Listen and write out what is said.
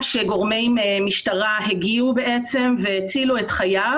שהגיעו גורמי משטרה והצילו את חייו,